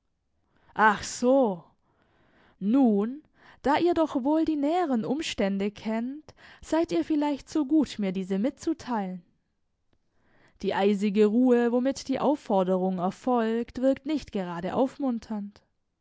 so nun da ihr doch wohl die näheren umstände kennt seid ihr vielleicht so gut mir diese mitzuteilen die eisige ruhe womit die aufforderung erfolgt wirkt nicht gerade aufmunternd